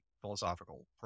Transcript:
philosophical